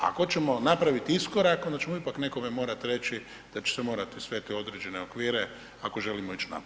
Ako ćemo napraviti iskorak, onda ćemo ipak nekome morati reći da će se morati sve te određene okvire ako želimo ići naprijed.